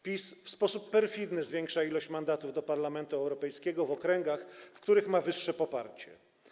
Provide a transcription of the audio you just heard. PiS w sposób perfidny zwiększa ilość mandatów do Parlamentu Europejskiego w okręgach, w których ma wyższe poparcie.